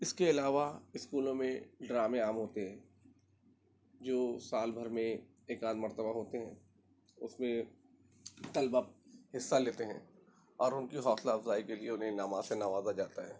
اس کے علاوہ اسکولوں میں ڈرامے عام ہوتے ہیں جو سال بھر میں ایک آدھ مرتبہ ہوتے ہیں اس میں طلبا حصہ لیتے ہیں اور ان کی حوصلہ افزائی کے لیے انہیں انعامات سے نوازا جاتا ہے